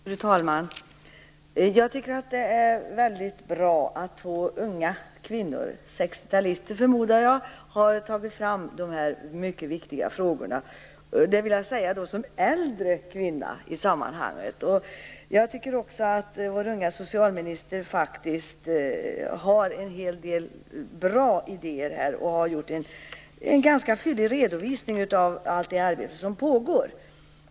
Herr talman! Jag tycker att det är väldigt bra att två unga kvinnor - 60-talister förmodar jag - har tagit upp dessa mycket viktiga frågor. Det vill jag säga som en äldre kvinna i sammanhanget. Jag tycker också att vår unga socialminister faktiskt har en hel del bra idéer och har gjort en ganska fyllig redovisning av allt det arbete som pågår.